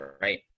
right